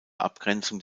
abgrenzung